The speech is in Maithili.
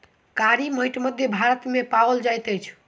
कारी माइट मध्य भारत मे पाओल जाइत अछि